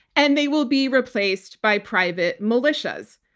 and they will be replaced by private militias.